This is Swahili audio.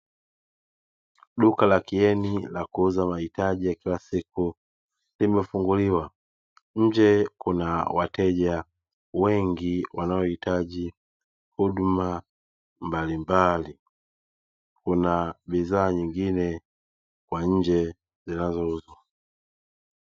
Duka la "KIENI" la kuuza mahitaji ya kila siku nimefunguliwa. Nje kuna wateja wengi wanaohitaji huduma mbalimbali kuna bidhaa nyingine kwa nje zinazouzwa.